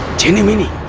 genie meanie,